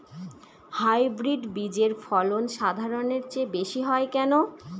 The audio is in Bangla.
হাইব্রিড বীজের ফলন সাধারণের চেয়ে বেশী হয় কেনো?